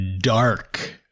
dark